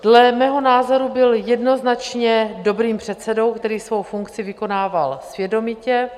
Dle mého názoru byl jednoznačně dobrým předsedou, který svou funkci vykonával svědomitě.